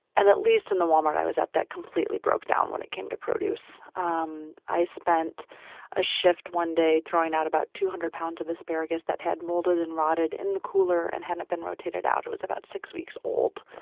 and at least in the walmart i was at, that completely broke down when it came to produce um i spent a shift one day throwing out about two hundred pounds of asparagus that had molded and rotted in the cooler and hadn't been rotated out it was about six weeks old.